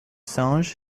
sang